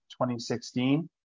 2016